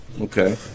Okay